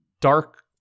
dark